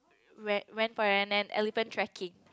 went went for an an elephant tracking